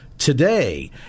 today